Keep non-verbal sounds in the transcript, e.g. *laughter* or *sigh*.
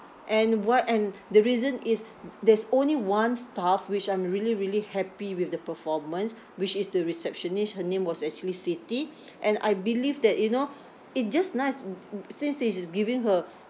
and why and the reason is *noise* there's only one staff which I'm really really happy with the performance which is the receptionist her name was actually siti and I believe that you know it just nice *noise* since she is giving her